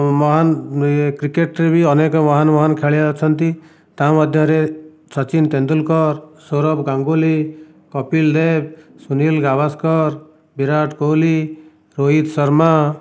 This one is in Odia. ମହାନ କ୍ରିକେଟରେ ବି ଅନେକ ମହାନ ମହାନ ଖେଳାଳି ଅଛନ୍ତି ତା' ମଧ୍ୟରେ ସଚିନ ତେନ୍ଦୁଲକର ସୌରଭ ଗାଙ୍ଗୁଲି କପିଲ ଦେବ ସୁନୀଲ ଗାଭାସ୍କର ବିରାଟ କୋହଲି ରୋହିତ ଶର୍ମା